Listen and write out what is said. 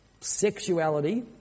Sexuality